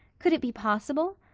could it be possible?